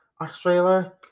Australia